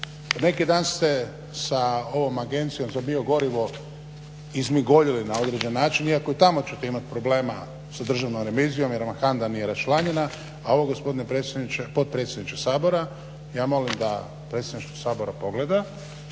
Neki dan ste sa ovom Agencijom za biogorivo izmigoljili na određeni način iako ćete i tamo imati problema s Državnom revizijom jer vam HAMDA nije raščlanjena, a ovo gospodine potpredsjedniče Sabora ja molim da predsjedništvo sabora pogleda